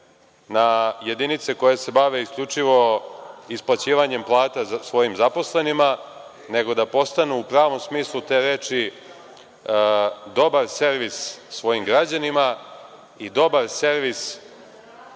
na jedinice koje se bave isključivo isplaćivanjem plata svojim zaposlenima, nego da postanu u pravom smislu te reči dobar servis svojih građanima i dobar servis